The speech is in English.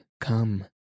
come